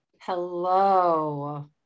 Hello